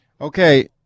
Okay